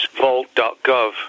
vault.gov